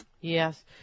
Yes